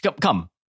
Come